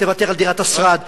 תוותר על דירת השרד,